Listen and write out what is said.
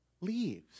leaves